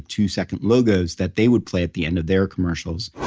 two-second logos that they would play at the end of their commercials